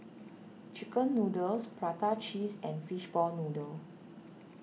Chicken Noodles Prata Cheese and Fishball Noodle